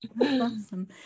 Awesome